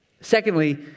Secondly